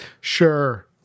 sure